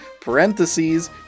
Parentheses